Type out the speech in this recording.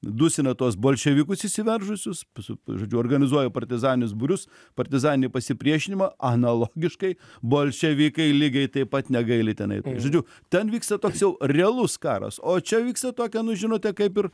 dusina tuos bolševikus įsiveržusius su žodžiu organizuoja partizaninius būrius partizaninį pasipriešinimą analogiškai bolševikai lygiai taip pat negaili tenai žodžiu ten vyksta toks jau realus karas o čia vyksta tokia nu žinote kaip ir